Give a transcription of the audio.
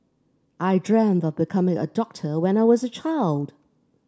I dreamt of becoming a doctor when I was a child